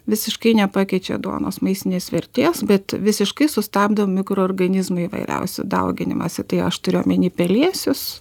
visiškai nepakeičia duonos maistinės vertės bet visiškai sustabdo mikroorganizmų įvairiausių dauginimąsi tai aš turiu omeny pelėsius